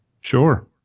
Sure